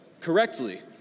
correctly